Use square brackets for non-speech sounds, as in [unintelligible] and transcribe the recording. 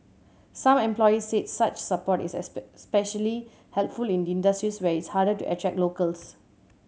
some employers said such support is [unintelligible] especially helpful in industries where it is harder to attract locals